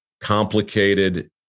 complicated